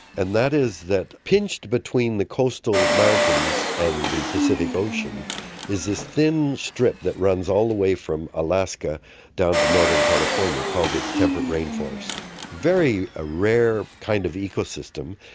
and that is that pinched between the coastal mountains and the pacific ocean is this thin strip that runs all the way from alaska down to northern california, called the temperate rainforest, a very ah rare kind of ecosystem.